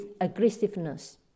aggressiveness